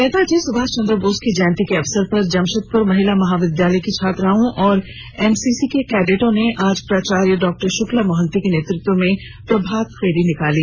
नेताजी सुभाष चंद्र बोस की जयंती के अवसर पर जमशेदपुर महिला महाविद्यालय की छात्राओं और एनसीसी के कैडेटों ने आज प्राचार्य डॉक्टर शुक्ला मोहंती के नेतृत्व में प्रभात फेरी निकाली